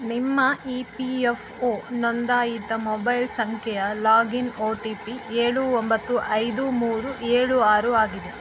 ನಿಮ್ಮ E P F O ನೊಂದಾಯಿತ mobile ಸಂಖ್ಯೆಯ ಲಾಗಿನ್ ಓ ಟಿ ಪಿ ಏಳು ಒಂಬತ್ತು ಐದು ಮೂರು ಏಳು ಆರು ಆಗಿದೆ